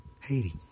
Haiti